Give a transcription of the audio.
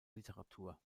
literatur